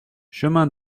chemin